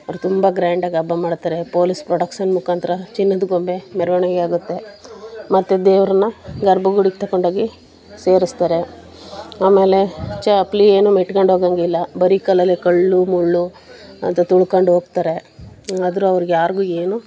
ಅವ್ರು ತುಂಬ ಗ್ರ್ಯಾಂಡಾಗಿ ಹಬ್ಬ ಮಾಡ್ತಾರೆ ಪೋಲಿಸ್ ಪ್ರೊಡಕ್ಸನ್ ಮುಖಾಂತರ ಚಿನ್ನದ ಗೊಂಬೆ ಮೆರವಣಿಗೆ ಆಗುತ್ತೆ ಮತ್ತು ದೇವರನ್ನ ಗರ್ಭಗುಡಿಗೆ ತಕೊಂಡೋಗಿ ಸೇರಿಸ್ತಾರೆ ಆಮೇಲೆ ಚಪ್ಪಲಿ ಏನೂ ಮೆಟ್ಕಂಡು ಹೋಗಂಗಿಲ್ಲ ಬರೀ ಕಾಲಲ್ಲೇ ಕಲ್ಲು ಮುಳ್ಳು ಅದು ತುಳ್ಕಂಡು ಹೋಗ್ತಾರೆ ಆದರೂ ಅವ್ರ್ಗೆ ಯಾರಿಗೂ ಏನೂ